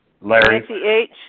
Larry